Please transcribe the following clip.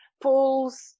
pools